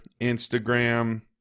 Instagram